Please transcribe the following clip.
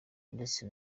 ndetse